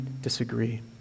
disagree